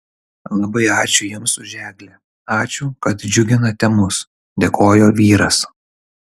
labai ačiū jums už eglę ačiū kad džiuginate mus dėkojo vyras